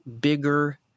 bigger